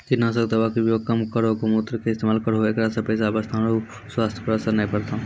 कीटनासक दवा के उपयोग कम करौं गौमूत्र के इस्तेमाल करहो ऐकरा से पैसा बचतौ आरु स्वाथ्य पर असर नैय परतौ?